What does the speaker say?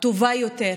טובה יותר,